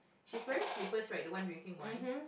she's wearing slippers right the one drinking wine